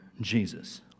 Jesus